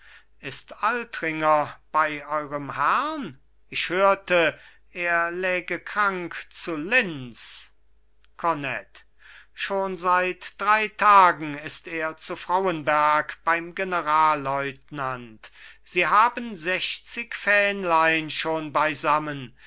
ist altringer bei eurem herrn ich hörte er läge krank zu linz kornett schon seit drei tagen ist er zu frauenberg beim generalleutnant sie haben sechzig fähnlein schon beisammen